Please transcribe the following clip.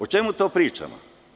O čemu to pričamo?